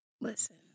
Listen